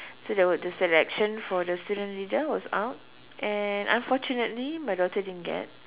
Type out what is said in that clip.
so there was the selection for the student leader was out and unfortunately my daughter didn't get